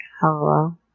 hello